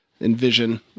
envision